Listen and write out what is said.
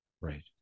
Right